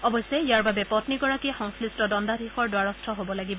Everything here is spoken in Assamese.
অৱশ্যে ইয়াৰ বাবে পপ্পীগৰাকীয়ে সংশ্লিষ্ট দণ্ডাধীশৰ দ্বাৰস্থ হব লাগিব